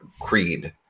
creed